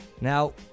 Now